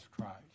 Christ